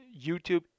YouTube